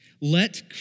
let